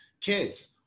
kids